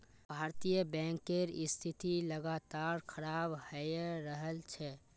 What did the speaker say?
भारतीय बैंकेर स्थिति लगातार खराब हये रहल छे